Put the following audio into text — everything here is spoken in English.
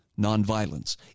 nonviolence